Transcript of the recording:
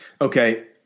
Okay